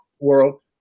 world